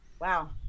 wow